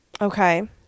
Okay